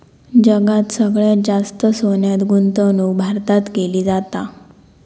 जगात सगळ्यात जास्त सोन्यात गुंतवणूक भारतात केली जाता